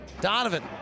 Donovan